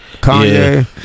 Kanye